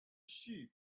sheep